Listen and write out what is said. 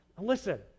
Listen